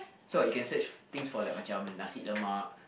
so you can search things for like macam nasi-lemak